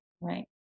Right